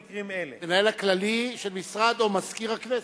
במקרים אלה: המנהל הכללי של משרד או מזכיר הכנסת.